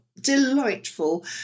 delightful